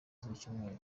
z’icyumweru